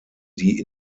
die